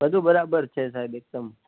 બધું બરાબર છે સાહેબ એકદમ